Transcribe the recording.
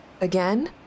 Again